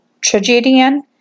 tragedian